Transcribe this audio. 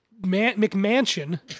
McMansion